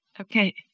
Okay